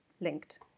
linked